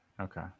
okay